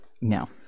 No